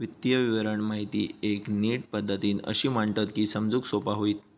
वित्तीय विवरण माहिती एक नीट पद्धतीन अशी मांडतत की समजूक सोपा होईत